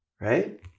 Right